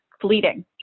fleeting